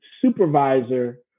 supervisor